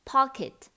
POCKET